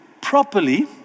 properly